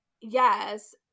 Yes